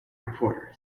reporter